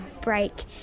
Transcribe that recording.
break